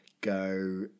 go